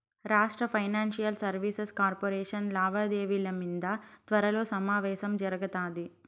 రాష్ట్ర financial services corporation లావాదేవిల మింద త్వరలో సమావేశం జరగతాది